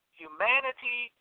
humanity